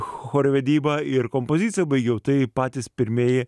chorvedybą ir kompoziciją baigiau tai patys pirmieji